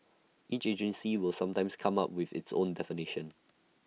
each agency will sometimes come up with its own definition